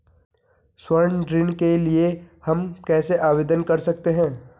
स्वर्ण ऋण के लिए हम कैसे आवेदन कर सकते हैं?